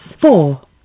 Four